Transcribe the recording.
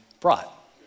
brought